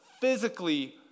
physically